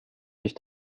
sich